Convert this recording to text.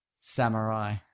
Samurai